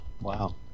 Wow